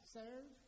serve